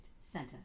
Center